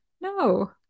No